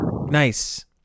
Nice